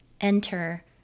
enter